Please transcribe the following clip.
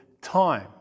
time